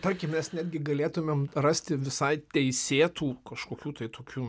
tarkim mes netgi galėtumėm rasti visai teisėtų kažkokių tai tokių na